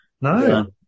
No